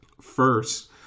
First